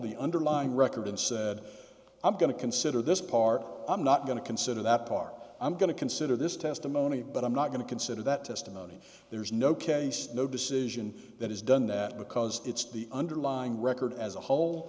the underlying record and said i'm going to consider this part i'm not going to consider that part i'm going to consider this testimony but i'm not going to consider that testimony there's no case the decision that is done that because it's the underlying record as a whole